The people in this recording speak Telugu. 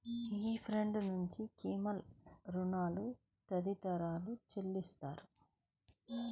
ఈ ఫండ్ నుంచి క్లెయిమ్లు, రుణాలు తదితరాలు చెల్లిస్తారు